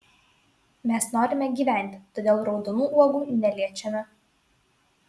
mes norime gyventi todėl raudonų uogų neliečiame